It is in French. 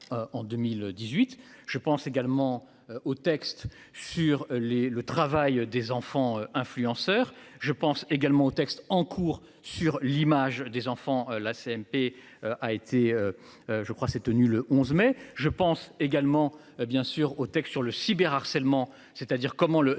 Je pense également aux textes sur les le travail des enfants influenceurs. Je pense également aux textes en cours sur l'image des enfants la CMP a été. Je crois, s'est tenu le 11 mai. Je pense également bien sûr aux textes sur le cyber harcèlement c'est-à-dire comment le harcèlement